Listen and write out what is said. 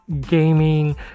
gaming